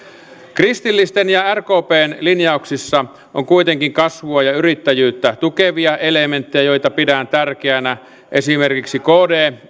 kristillisten ja rkpn linjauksissa on kuitenkin kasvua ja yrittäjyyttä tukevia elementtejä joita pidän tärkeinä esimerkiksi kd